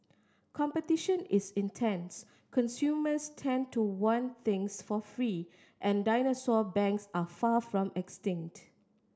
competition is intense consumers tend to want things for free and dinosaur banks are far from extinct